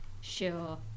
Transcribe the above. Sure